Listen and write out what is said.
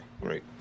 Great